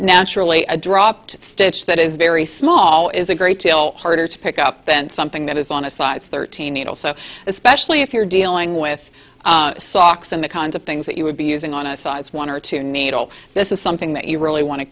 naturally a dropped stitch that is very small is a great deal harder to pick up then something that is on a size thirteen needle so especially if you're dealing with socks and the kinds of things that you would be using on a size one or two needle this is something that you really want to